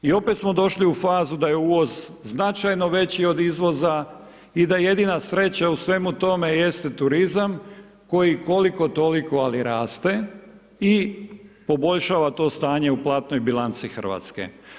I opet smo došli u fazu da je uvoz značajno veći od izvoza i da jedina sreća u svemu tome jeste turizam koji koliko toliko, ali raste i poboljšava to stanje u platnoj bilanci RH.